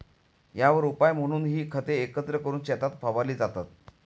यावर उपाय म्हणून ही खते एकत्र करून शेतात फवारली जातात